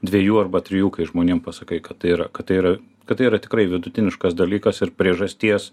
dviejų arba trijų kai žmonėm pasakai kad tai yra kad tai yra kad tai yra tikrai vidutiniškas dalykas ir priežasties